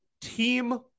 team